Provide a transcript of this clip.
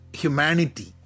humanity